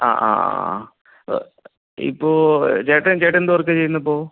ആ ആ ആ ഇപ്പോൾ ചേട്ടൻ ചേട്ടൻ എന്തു വർക്കാണ് ചെയ്യുന്നത് ഇപ്പോൾ